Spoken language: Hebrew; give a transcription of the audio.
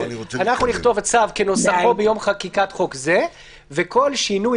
אנחנו נכתוב: הצו כנוסחו ביום חקיקת חוק זה; וכל שינוי